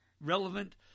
relevant